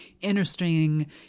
interesting